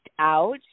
out